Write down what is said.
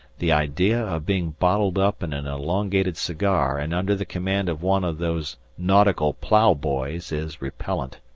the idea of being bottled up in an elongated cigar and under the command of one of those nautical plough-boys is repellent.